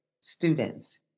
students